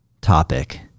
topic